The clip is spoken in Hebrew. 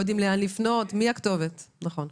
אמרו שהם לא יודעים מי הכתובת ולאן לפנות.